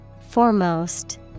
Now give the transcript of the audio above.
Foremost